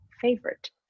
favorite